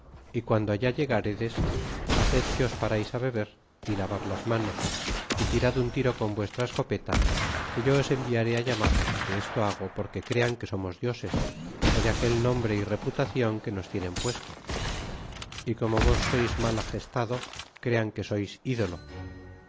é guando allá ilegaredes haced que os parais beber é lavar las manos é tirad un tiro con vuestra escopeta que yo os enviaré llamar que esto hago porque crean que somos dioses ó de aquel nombre y reputacion que nos tienen puesto y como vos sois mal agestado crean que sois ídolo